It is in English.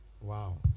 Wow